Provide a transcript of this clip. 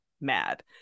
mad